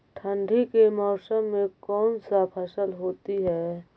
ठंडी के मौसम में कौन सा फसल होती है?